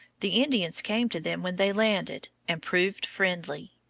the indians came to them when they landed, and proved friendly.